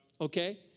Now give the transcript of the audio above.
okay